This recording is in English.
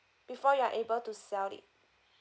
before you're able to sell it